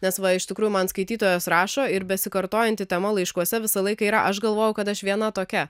nes va iš tikrųjų man skaitytojas rašo ir besikartojanti tema laiškuose visą laiką yra aš galvojau kad aš viena tokia